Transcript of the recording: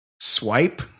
swipe